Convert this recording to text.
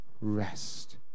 rest